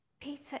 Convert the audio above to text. Peter